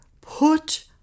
put